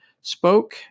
spoke